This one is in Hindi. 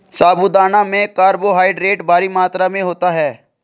साबूदाना में कार्बोहायड्रेट भारी मात्रा में होता है